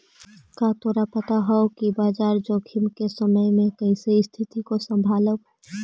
का तोरा पता हवअ कि बाजार जोखिम के समय में कइसे स्तिथि को संभालव